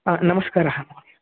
हा नमस्कारः महोदय